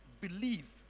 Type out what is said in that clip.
Believe